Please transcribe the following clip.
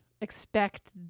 expect